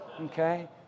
Okay